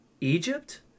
Egypt